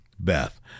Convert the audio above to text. Beth